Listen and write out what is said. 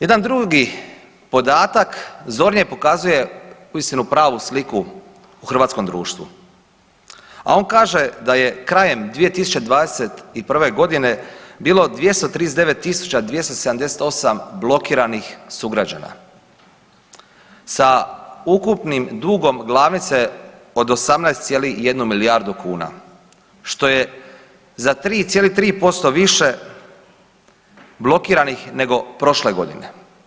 Jedan drugi podatak zornije pokazuje uistinu pravu sliku u hrvatskom društvu, a on kaže da je krajem 2021. godine bilo 239278 blokiranih sugrađana sa ukupnim dugom glavnice od 18,1 milijardu kuna što je za 3,3% više blokiranih nego prošle godine.